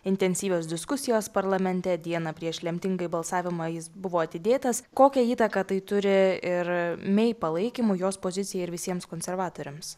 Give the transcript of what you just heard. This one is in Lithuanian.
intensyvios diskusijos parlamente dieną prieš lemtingąjį balsavimą jis buvo atidėtas kokią įtaką tai turi ir mey palaikymui jos pozicijai ir visiems konservatoriams